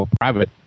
private